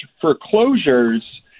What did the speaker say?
foreclosures